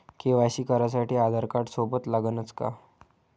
KYC करासाठी आधारकार्ड सोबत लागनच का?